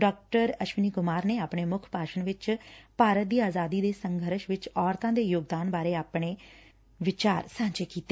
ਡਾ ਅਸ਼ਵਨੀ ਕੁਮਾਰ ਨੇ ਆਪਣੇ ਮੁੱਖ ਭਾਸ਼ਣ ਵਿਚ ਭਾਰਤ ਦੀ ਆਜ਼ਾਦੀ ਦੇ ਸੰਘਰਸ਼ ਵਿਚ ਔਰਤਾ ਦੇ ਯੋਗਦਾਨ ਬਾਰੇ ਆਪਣੇ ਵਿਚਾਰ ਸਾਂਝੇ ਕੀਤੇ